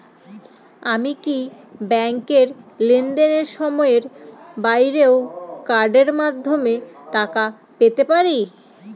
আমি কি ব্যাংকের লেনদেনের সময়ের বাইরেও কার্ডের মাধ্যমে টাকা পেতে পারি?